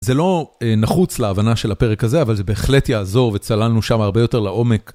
זה לא נחוץ להבנה של הפרק הזה, אבל זה בהחלט יעזור, וצללנו שם הרבה יותר לעומק.